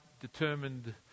determined